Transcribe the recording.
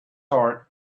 heart